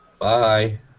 Bye